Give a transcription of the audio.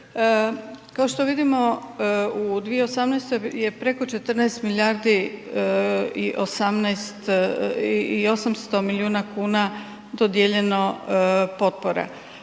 Kao što vidimo u 2018. je preko 14 milijardi i 800 milijuna kuna dodijeljeno potpora.